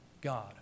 God